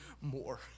more